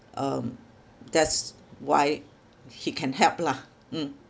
um that's why he can help lah mm